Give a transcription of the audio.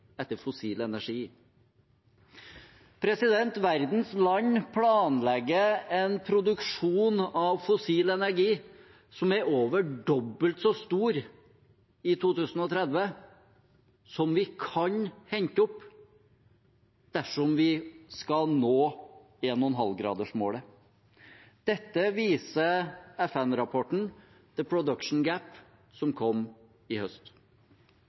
etter fossil energi. Verdens land planlegger en produksjon av fossil energi som er over dobbelt så stor i 2030 som det vi kan hente opp dersom vi skal nå 1,5-gradersmålet. Dette viser FN-rapporten «The Production Gap», som kom i høst.